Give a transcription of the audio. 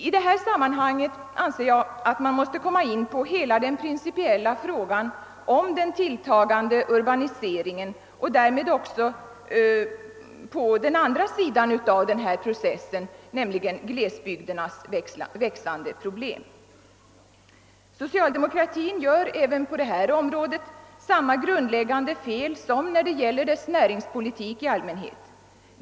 I detta sammanhang måste man komma in på hela den principiella frågan om den tilltagande urbaniseringen och därmed också på den motsatta sidan av processen, nämligen glesbygdernas växande problem. Socialdemokratin gör även på detta område samma grundläggande fel som när det gäller dess näringspolitik i allmänhet.